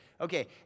Okay